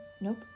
Nope